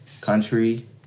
country